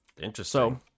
Interesting